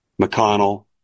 McConnell